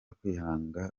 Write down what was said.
kwikanga